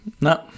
no